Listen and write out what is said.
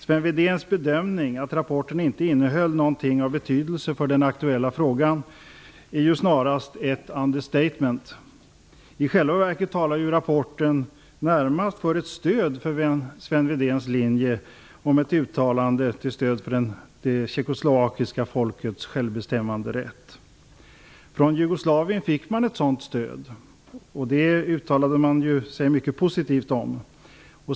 Sven Wedéns bedömning att rapporten inte innehöll något av betydelse för den aktuella frågan är snarast ett understatement. I själva verket talar rapporten närmast för ett stöd för Sven Wedéns linje om ett uttalande till stöd för det tjeckoslovakiska folkets självbestämmanderätt. Från Jugoslavien fick man ett sådant stöd. Det uttalade man sig mycket positivt om.